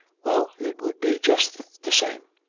well, it would be just the same.